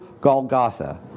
Golgotha